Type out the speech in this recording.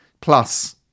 Plus